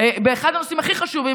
באחד הנושאים הכי חשובים,